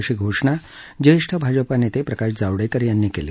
अशी घोषणा ज्येष्ठ भाजपा नेते प्रकाश जावडेकर यांनी केली